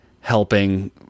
helping